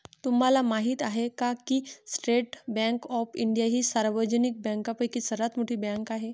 तुम्हाला माहिती आहे का की स्टेट बँक ऑफ इंडिया ही सार्वजनिक बँकांपैकी सर्वात मोठी बँक आहे